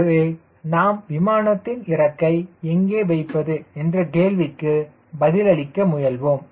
ஆகவே நாம் விமானத்தின் இறக்கை எங்கே வைப்பது என்ற கேள்விக்கு பதிலளிக்க முயல்வோம்